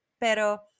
Pero